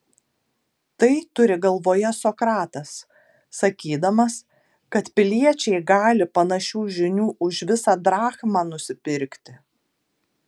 tai turi galvoje sokratas sakydamas kad piliečiai gali panašių žinių už visą drachmą nusipirkti